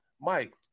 Mike